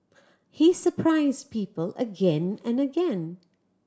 he surprised people again and again